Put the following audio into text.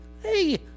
Hey